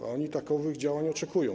A oni takowych działań oczekują.